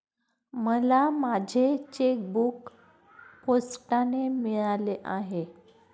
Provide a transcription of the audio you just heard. मला माझे चेकबूक पोस्टाने मिळाले आहे